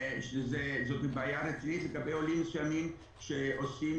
שזאת בעיה רצינית לגבי עולים מסוימים שלומדים